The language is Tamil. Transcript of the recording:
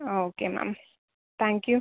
ah okay ma'am thank you